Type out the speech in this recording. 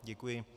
Děkuji.